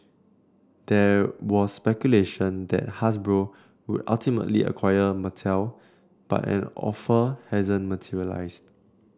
there was speculation that Hasbro would ultimately acquire Mattel but an offer hasn't materialised